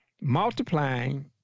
multiplying